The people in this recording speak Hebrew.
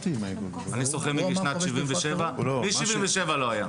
אני שוחה משנת 77 ולא היה שום מקרה.